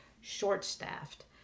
short-staffed